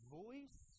voice